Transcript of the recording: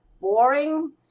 boring